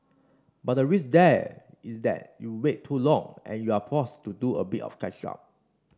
but the risk there is that you wait too long and you're forced to do a bit of catch up